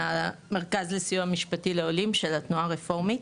מהמרכז לסיוע משפטי של עולים של התנועה הרפורמית.